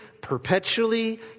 perpetually